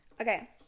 Okay